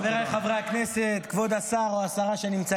חבר הכנסת אלמוג כהן, זכות הדיבור שלך.